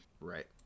Right